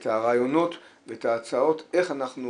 את הרעיונות ואת ההצעות איך אנחנו